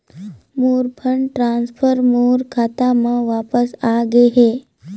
मोर fund transfer मोर खाता म वापस आ गे हे